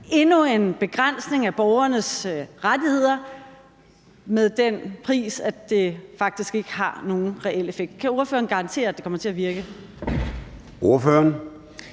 endnu en begrænsning af borgernes rettigheder og med den pris, at det faktisk ikke har nogen reel effekt? Kan ordføreren garantere, at det kommer til at virke? Kl.